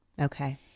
Okay